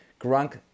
Grunk